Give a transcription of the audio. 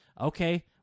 Okay